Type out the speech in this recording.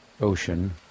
ocean